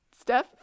Steph